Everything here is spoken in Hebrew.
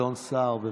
גדעון סער, בבקשה.